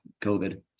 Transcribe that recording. COVID